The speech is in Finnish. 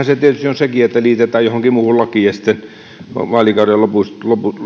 se tietysti on sekin että liitetään johonkin muuhun lakiin ja sitten vaalikauden lopussa